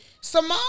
Simone